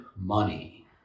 Money